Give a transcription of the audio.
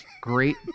great